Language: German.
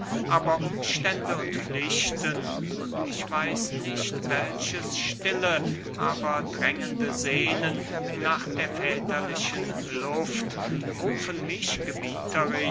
aber umstände und pflichten und ich weiß nicht welches stille aber drängende sehnen nach der vaterländischen luft rufen mich